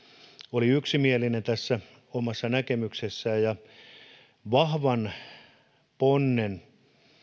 oli yksimielinen omassa näkemyksessään ja antoi vahvan ponnen